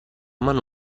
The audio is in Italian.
mano